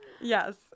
yes